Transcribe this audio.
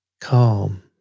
calm